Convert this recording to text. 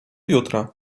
jutra